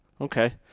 Okay